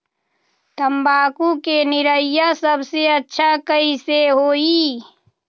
तम्बाकू के निरैया सबसे अच्छा कई से होई?